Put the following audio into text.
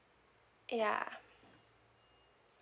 ya